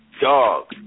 dog